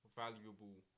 valuable